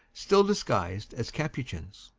still disguised as capuchins